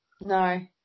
No